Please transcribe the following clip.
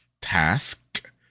task